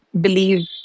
believe